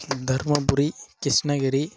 Dharmapuri Krishnagiri